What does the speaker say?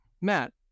Matt